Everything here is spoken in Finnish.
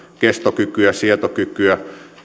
kestokykyä sietokykyä